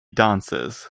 dances